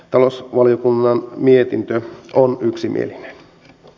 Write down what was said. talousvaliokunnan mietintö on yksimielinen